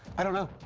i don't know,